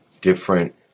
different